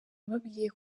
ababwiye